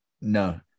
No